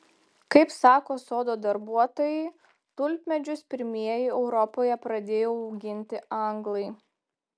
kaip sako sodo darbuotojai tulpmedžius pirmieji europoje pradėjo auginti anglai